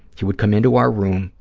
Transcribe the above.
he would come into our room,